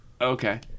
Okay